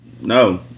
no